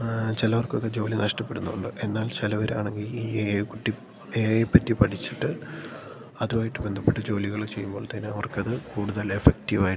ആ ചിലവർക്കൊക്കെ ജോലി നഷ്ടപ്പെടുന്നുണ്ട് എന്നാൽ ചിലവരാണെങ്കിൽ ഈ എ ഐ കുട്ടി എ ഐയെ പറ്റി പഠിച്ചിട്ട് അതുമായിട്ട് ബന്ധപ്പെട്ട ജോലികൾ ചെയ്യുമ്പോൾ തന്നെ അവർക്കത് കൂടുതൽ എഫക്റ്റീവ് ആയിട്ടും